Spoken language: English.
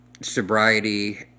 sobriety